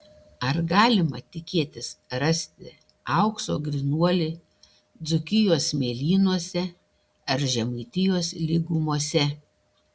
ar galima tikėtis rasti aukso grynuolį dzūkijos smėlynuose ar žemaitijos lygumose